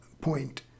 point